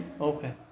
Okay